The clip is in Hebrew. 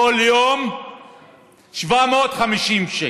כל יום 750 שקל.